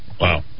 Wow